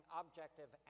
objective